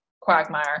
quagmire